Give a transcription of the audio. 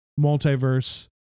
Multiverse